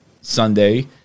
Sunday